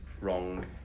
wrong